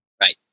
Right